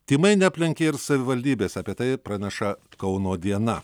tymai neaplenkė ir savivaldybės apie tai praneša kauno diena